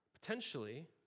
potentially